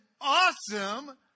awesome